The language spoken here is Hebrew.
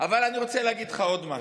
אבל אני רוצה להגיד לך עוד משהו: